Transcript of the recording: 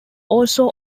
also